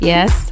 Yes